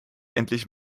endlich